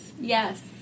Yes